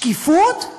שקיפות?